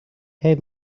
hey